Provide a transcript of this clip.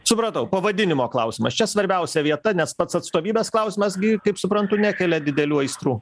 supratau pavadinimo klausimas čia svarbiausia vieta nes pats atstovybės klausimas gi kaip suprantu nekelia didelių aistrų